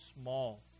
small